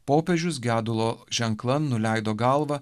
popiežius gedulo ženklan nuleido galvą